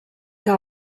que